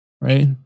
right